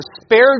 spared